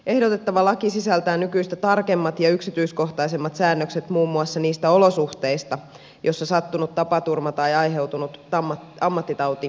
ehdotettava laki sisältää nykyistä tarkemmat ja yksityiskohtaisemmat säännökset muun muassa niistä olosuhteista joissa sattunut tapaturma tai aiheutunut ammattitauti korvataan